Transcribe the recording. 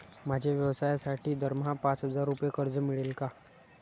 माझ्या व्यवसायासाठी दरमहा पाच हजार रुपये कर्ज मिळेल का?